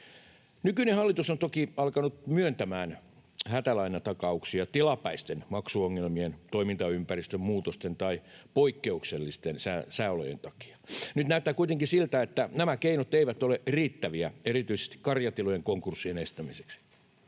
Nykyinen hallitus on toki alkanut myöntämään hätälainatakauksia tilapäisten maksuongelmien, toimintaympäristön muutosten tai poikkeuksellisten sääolojen takia. Nyt näyttää kuitenkin siltä, että nämä keinot eivät ole riittäviä, erityisesti karjatilojen konkurssien estämiseksi.